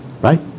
right